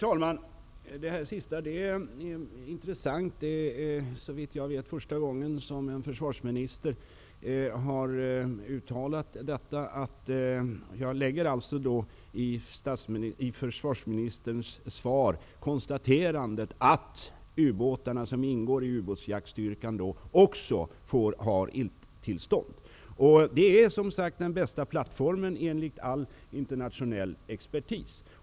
Herr talman! Det sista är intressant. Det är såvitt jag vet första gången som en försvarsminister har uttalat att ubåtarna som ingår i ubåtsjaktsstyrkan också har eldtillstånd -- jag tolkar försvarsministerns ord som ett konstaterande av detta. Detta är som sagt också den bästa plattformen för ubåtsjakt enligt all internationell expertis.